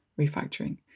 refactoring